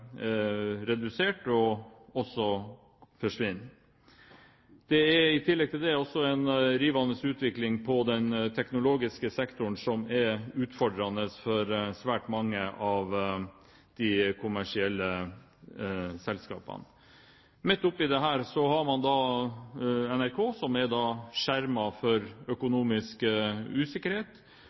redusert, og også forsvinner. Det er i tillegg også en rivende utvikling på den teknologiske sektoren, som er utfordrende for svært mange av de kommersielle selskapene. Midt oppi dette har man da NRK, som er skjermet mot økonomisk usikkerhet,